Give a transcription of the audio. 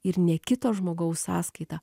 ir ne kito žmogaus sąskaita